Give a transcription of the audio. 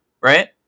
right